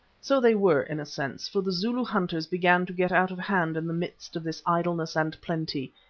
so they were, in a sense, for the zulu hunters began to get out of hand in the midst of this idleness and plenty,